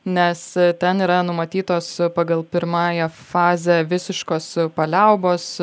nes ten yra numatytos pagal pirmąją fazę visiškos paliaubos